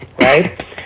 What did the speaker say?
right